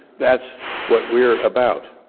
that's what we're about,